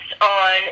on